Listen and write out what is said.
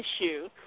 issue